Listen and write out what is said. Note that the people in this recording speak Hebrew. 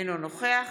אינו נוכח